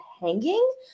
hanging